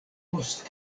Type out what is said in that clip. post